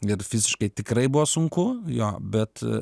ir fiziškai tikrai buvo sunku jo bet